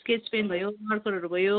sketch pen भयो मार्करहरू भयो